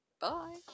Bye